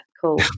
cool